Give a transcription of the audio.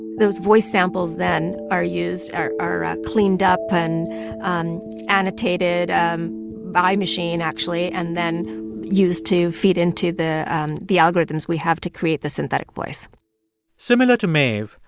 those voice samples then are used, are are ah cleaned up and um annotated um by machine, actually, and then used to feed into the and the algorithms we have to create the synthetic voice similar to maeve,